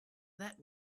that